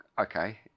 okay